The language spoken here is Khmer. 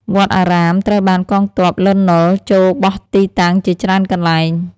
វត្តអារាមត្រូវបានកងទ័ព លន់ នល់ ចូលបោះទីតាំងជាច្រើនកន្លែង ។